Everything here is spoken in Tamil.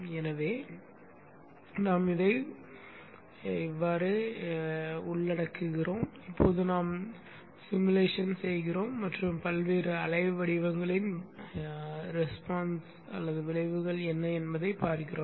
எனவே நாம் இதை உள்ளடக்குகிறோம் இப்போது நாம் உருவகப்படுத்துகிறோம் மற்றும் பல்வேறு அலை வடிவங்களின் விளைவுகள் என்ன என்பதைப் பார்க்கிறோம்